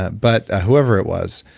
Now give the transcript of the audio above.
ah but whoever it was.